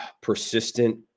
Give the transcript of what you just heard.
persistent